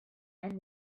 and